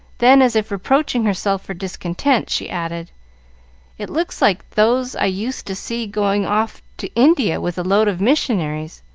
then, as if reproaching herself for discontent, she added it looks like those i used to see going off to india with a load of missionaries.